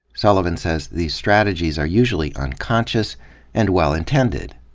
sullivan says these strategies are usually unconscious and well intended.